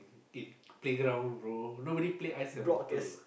in playground bro nobody play Ice and Water